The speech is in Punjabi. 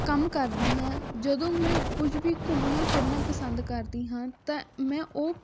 ਕੰਮ ਕਰਦੀ ਹਾਂ ਜਦੋਂ ਮੈਂ ਕੁਝ ਵੀ ਘੁੰਮਣਾ ਫਿਰਨਾ ਪਸੰਦ ਕਰਦੀ ਹਾਂ ਤਾਂ ਮੈਂ ਉਹ